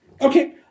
Okay